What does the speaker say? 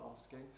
asking